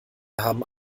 haben